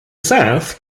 south